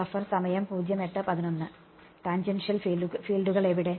tangential ഫീൽഡുകൾ എവിടെ